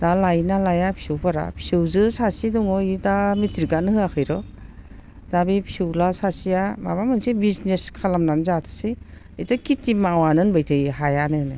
दा लायोना लाया फिसौफोरा फिसौजो सासे दङ बियो दा मेट्रिकआनो होयाखैर' दा बे फिसौला सासेया माबा मोनसे बिजनेस खालामनानै जाथोंसै बेथ' खेथि मावानो होनबायथायो हायानोनो